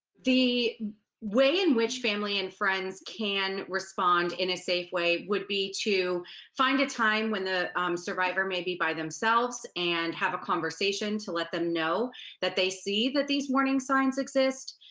the way in which family and friends can respond in a safe way would be to find a time when the survivor may be by themselves, and have a conversation to let them know that they see that these warning signs exist,